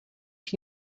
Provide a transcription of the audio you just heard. ich